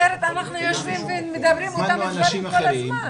אחרת אנחנו יושבים ומדברים אותם דברים כל הזמן.